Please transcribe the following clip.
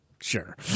sure